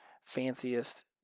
fanciest